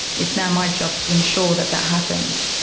it's now my job to ensure that that happens.